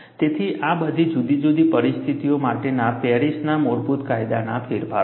તેથી આ બધી જુદી જુદી પરિસ્થિતિઓ માટેના પેરિસના મૂળભૂત કાયદાના ફેરફારો છે